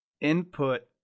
input